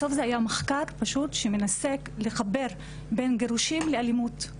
בסוף זה היה מחקר פשוט שמנסה לחבר בין גירושין לאלימות,